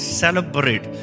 celebrate